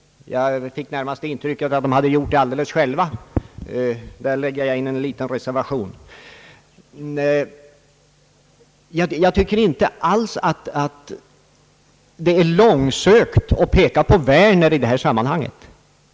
Jag fick nästan intrycket att de gjort det alldeles själva — men mot ett sådant påstående inlägger jag reservation. Jag tycker inte alls att det är långsökt att peka på herr Werner i detta sammanhang.